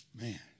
Man